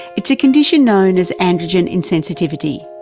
it's a condition known as androgen insensitivity,